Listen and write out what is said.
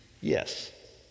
yes